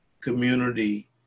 community